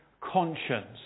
conscience